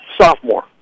Sophomore